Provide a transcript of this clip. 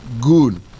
Good